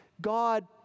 God